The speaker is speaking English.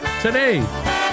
today